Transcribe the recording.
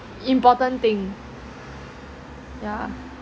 important thing yeah